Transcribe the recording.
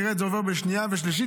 נראה את זה עובר בשנייה ושלישית,